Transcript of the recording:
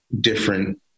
different